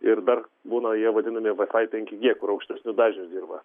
ir dar būna jie vadinami vaifai penki g kur aukštesniu dažniu dirba